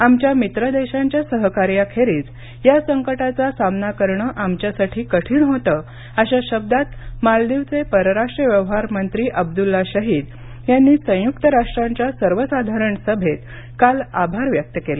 आमच्या मित्रदेशांच्या सहकार्याखेरीज या संकटाचा सामना करणं आमच्यासाठी कठीण होतं अशा शब्दांत मालदीवचे परराष्ट्र व्यवहार मंत्री अब्दुल्ला शहीद यांनी संयुक्त राष्ट्रांच्या सर्वसाधारण सभेत काल आभार व्यक्त केले